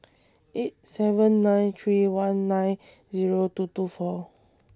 eight seven nine three one nine Zero two two four